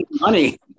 money